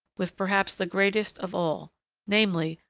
with perhaps the greatest of all namely,